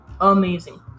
amazing